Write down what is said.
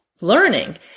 learning